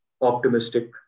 optimistic